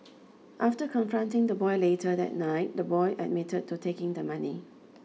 after confronting the boy later that night the boy admitted to taking the money